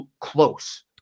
close